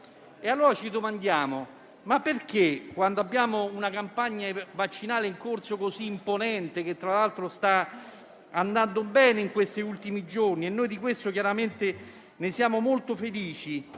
Allora ci domandiamo: perché, quando abbiamo una campagna vaccinale in corso così imponente, che tra l'altro sta andando bene in questi ultimi giorni (e di questo chiaramente siamo molto felici),